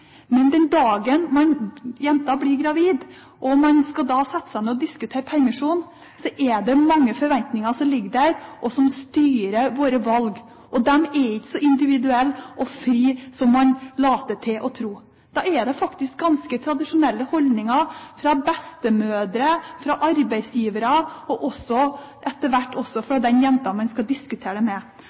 Men den dagen jenta blir gravid og man skal sette seg ned og diskutere permisjon, er det mange forventninger som ligger der, og som styrer våre valg. De er ikke så individuelle og fri som man later til å tro. Da er det faktisk ganske tradisjonelle holdninger hos bestemødre, hos arbeidsgivere og etter hvert også hos den jenta man skal diskutere det med.